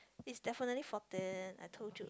it's definitely fourteen I told you